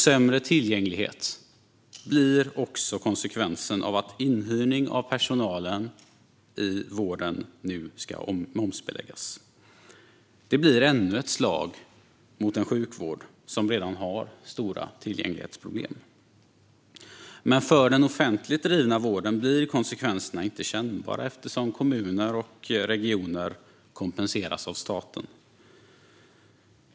Sämre tillgänglighet blir också konsekvensen av att inhyrning av personal i vården nu ska momsbeläggas. Det blir ännu ett slag mot en sjukvård som redan har stora tillgänglighetsproblem. För den offentligt drivna vården blir konsekvenserna inte kännbara eftersom kommuner och regioner kompenseras av staten.